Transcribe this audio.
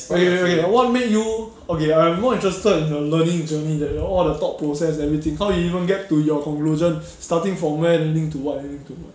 okay okay what made you okay I'm more interested in the learning journey that all the thought process and everything how you even get to your conclusion starting from where ending to what ending to what